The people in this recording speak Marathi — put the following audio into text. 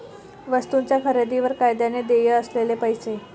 वस्तूंच्या खरेदीवर कायद्याने देय असलेले पैसे